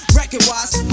record-wise